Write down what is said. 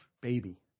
baby